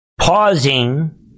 pausing